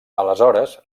aleshores